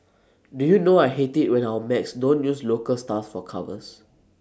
do you know I hate IT when our mags don't use local stars for covers